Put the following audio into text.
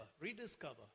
rediscover